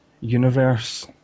universe